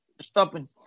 stopping